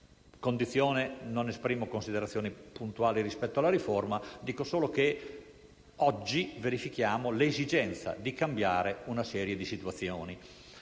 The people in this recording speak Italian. - non esprimo qui considerazioni puntuali rispetto alla riforma - oggi verifichiamo l'esigenza di cambiare una serie di situazioni.